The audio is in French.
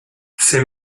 ses